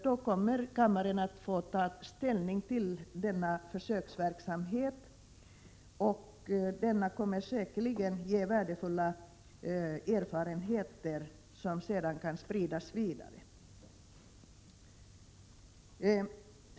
Denna försöksverksamhet kommer säkerligen att ge värdefulla erfarenheter, som sedan kan spridas vidare.